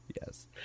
Yes